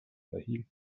erhielt